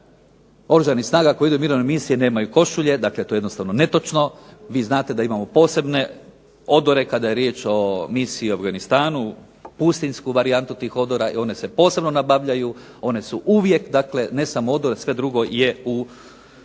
Oružanih snaga koji idu u mirovne misije nemaju košulje, to je jednostavno netočno, vi znate da imamo posebne odore kada je riječ o mirovnoj misiji u Afganistanu, pustinjsku varijantu tih odora i one se posebno nabavljaju, one su uvijek dakle, ne samo odore sve drugo je u